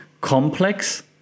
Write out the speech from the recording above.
complex